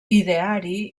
ideari